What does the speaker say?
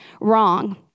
wrong